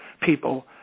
people